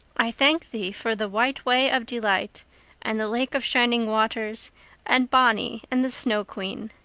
i thank thee for the white way of delight and the lake of shining waters and bonny and the snow queen.